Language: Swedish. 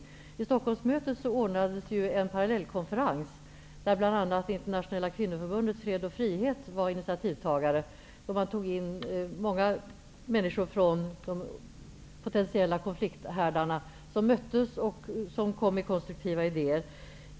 I samband med Stockholmsmötet ordnades en parallellkonferens, där bl.a. Internationella kvinnoförbundet för fred och frihet var initiativtagare. Där kom många människor från potentiella konflikthärdar med konstruktiva idéer.